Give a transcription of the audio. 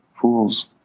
fools